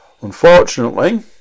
...unfortunately